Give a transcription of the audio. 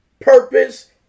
purpose